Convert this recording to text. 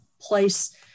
place